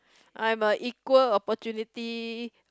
I am a equal opportunity